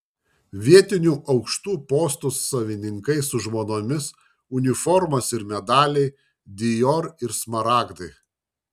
vietiniai aukštų postų savininkai su žmonomis uniformos ir medaliai dior ir smaragdai